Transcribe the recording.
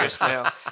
now